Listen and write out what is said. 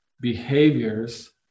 behaviors